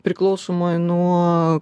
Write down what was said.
priklausomoje nuo